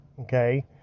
okay